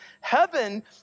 Heaven